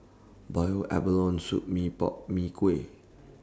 boiled abalone Soup Mee Pok Mee Kuah